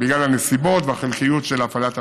בגלל הנסיבות והחלקיות של הפעלת הרכבת,